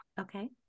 Okay